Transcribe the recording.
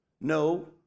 no